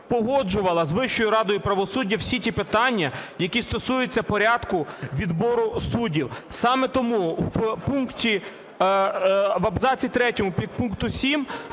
погоджувала з Вищою радою правосуддя всі ті питання, які стосуються порядку відбору суддів. Саме тому в пункті…